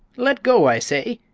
let go, i say!